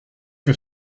que